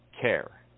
care